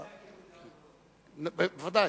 ודאי,